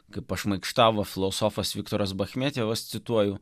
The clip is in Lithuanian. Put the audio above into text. kaip pašmaikštavo filosofas viktoras bachmetjevas cituoju